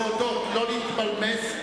להודות ולא להתפלמס,